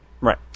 right